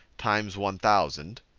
times one thousand,